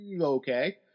okay